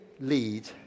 lead